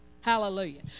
Hallelujah